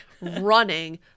running